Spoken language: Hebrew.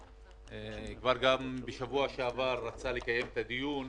כבר בשבוע שעבר הוא רצה לקיים את הדיון,